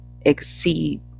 exceed